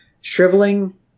Shriveling